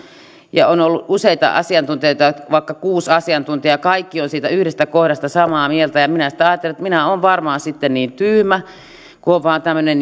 ja on ollut useita asiantuntijoita vaikka kuusi asiantuntijaa ja kaikki ovat siitä yhdestä kohdasta samaa mieltä ja minä sitten ajattelen että minä olen varmaan niin tyhmä kun olen vain tämmöinen